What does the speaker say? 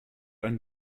einen